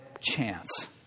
chance